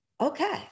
okay